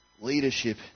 Leadership